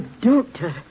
Doctor